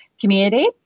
community